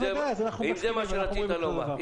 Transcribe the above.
זה מה שרצית לומר.